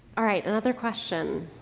all right. another question.